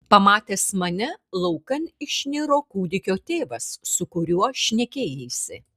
pamatęs mane laukan išniro kūdikio tėvas su kuriuo šnekėjaisi